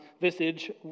visage